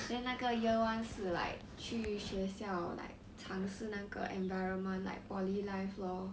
then 那个 year one 是 like 去学校 like 尝试那个 environment like poly life lor